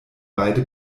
beide